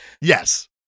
Yes